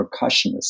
percussionist